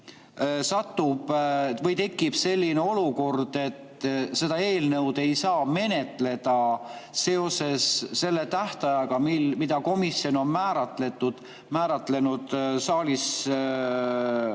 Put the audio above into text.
Kui nüüd tekib selline olukord, et seda eelnõu ei saa menetleda seoses selle tähtajaga, mille komisjon on määratlenud, et